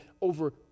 over